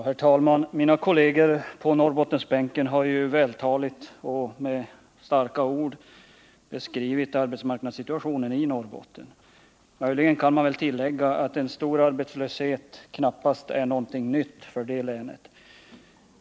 Herr talman! Mina kolleger på Norrbottensbänken har vältaligt och med starka ord beskrivit arbetsmarknadssituationen i Norrbotten. Möjligen kan man tillägga att en stor arbetslöshet knappast är någonting nytt för länet.